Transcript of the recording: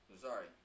Sorry